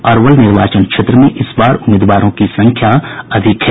अरवल निर्वाचन क्षेत्र में इस बार उम्मीदवारों की संख्या अधिक है